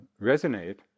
resonate